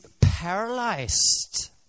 paralyzed